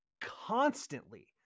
constantly